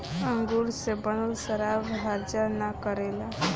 अंगूर से बनल शराब हर्जा ना करेला